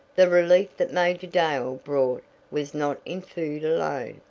the relief that major dale brought was not in food alone.